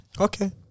Okay